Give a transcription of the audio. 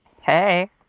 Hey